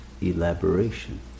elaboration